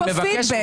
יש פה פידבק.